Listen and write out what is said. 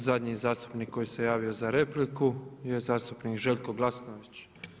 I zadnji zastupnik koji se javio za repliku je zastupnik Željko Glasnović.